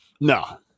No